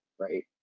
Right